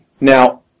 Now